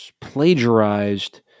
plagiarized